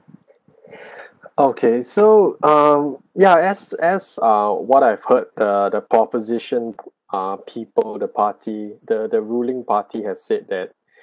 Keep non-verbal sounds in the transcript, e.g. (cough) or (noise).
(breath) okay so um yeah as as ah what I've heard the the propposition ah people the party the the ruling party have said that